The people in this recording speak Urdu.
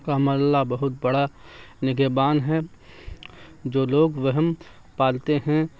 کہ ہم اللہ بہت بڑا نگہبان ہے جو لوگ وہم پالتے ہیں